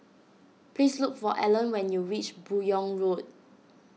please look for Alan when you reach Buyong Road